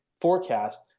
forecast